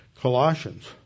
Colossians